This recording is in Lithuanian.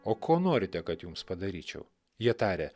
o ko norite kad jums padaryčiau jie tarė